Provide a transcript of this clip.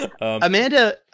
Amanda